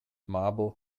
marble